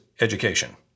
education